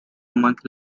month